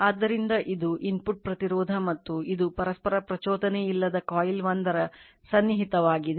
ಆದ್ದರಿಂದ ಇದು ಇನ್ಪುಟ್ ಪ್ರತಿರೋಧ ಮತ್ತು ಇದು ಪರಸ್ಪರ ಪ್ರಚೋದನೆಯಿಲ್ಲದೆ ಕಾಯಿಲ್ 1 ರ ಸನ್ನಿಹಿತವಾಗಿದೆ